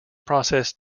process